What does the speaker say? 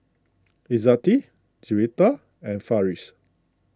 Izzati Juwita and Farish